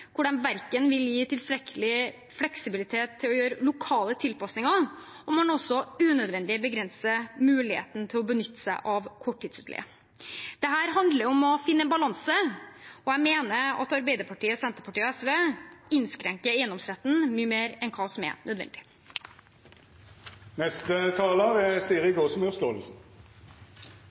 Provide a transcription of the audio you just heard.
vil gi tilstrekkelig fleksibilitet til å gjøre lokale tilpasninger og også unødvendig begrenser muligheten til å benytte seg av korttidsutleie. Dette handler om å finne en balanse, og jeg mener at Arbeiderpartiet, Senterpartiet og SV innskrenker eiendomsretten mye mer enn